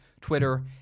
Twitter